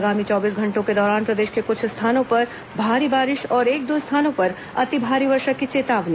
आगामी चौबीस घंटों के दौरान प्रदेश के कुछ स्थानों पर भारी बारिश और एक दो स्थानों पर अति भारी वर्षा की चेतावनी